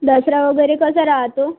दसरा वगैरे कसा राहतो